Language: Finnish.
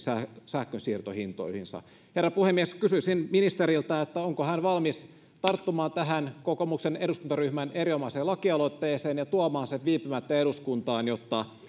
sähkönsiirtohintoihinsa herra puhemies kysyisin ministeriltä onko hän valmis tarttumaan tähän kokoomuksen eduskuntaryhmän erinomaiseen lakialoitteeseen ja tuomaan sen viipymättä eduskuntaan jotta